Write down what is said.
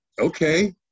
okay